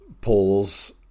polls